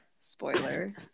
spoiler